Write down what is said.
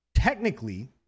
Technically